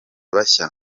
bashya